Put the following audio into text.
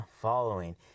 following